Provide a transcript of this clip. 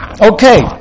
Okay